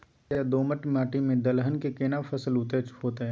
दोरस या दोमट माटी में दलहन के केना फसल उचित होतै?